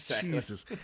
Jesus